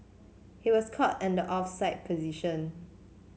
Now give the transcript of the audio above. he was caught in the offside position